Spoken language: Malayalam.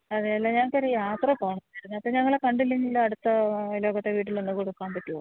അതേ അല്ലെ ഞങ്ങൾക്ക് ഒരു യാത്ര പോകണമായിരുന്നു അപ്പം ഞങ്ങളെ കണ്ടില്ലെങ്കിൽ അടുത്ത അയൽവക്കത്തെ വീട്ടിലൊന്ന് കൊടുക്കാന് പറ്റുമോ